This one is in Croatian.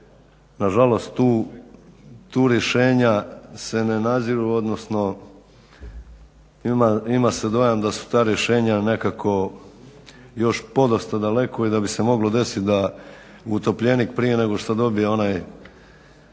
Nažalost, tu rješenja se ne naziru, odnosno ima se dojam da su ta rješenja nekako još podosta daleko i da bi se moglo desiti da utopljenik prije nego što dobije onaj